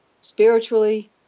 spiritually